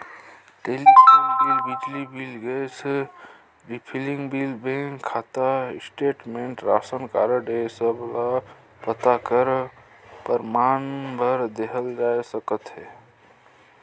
telephone bill, बिजली bill, gas refilling bill, bank खाता statement, ration card ए सब ल पता कर परमान बर देहल जाए सकत अहे